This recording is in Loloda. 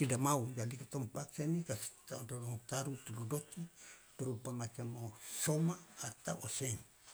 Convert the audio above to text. tidak mau jadi kitong paksa ini dong taru itu dodoti berupa macam o soma atau o seng.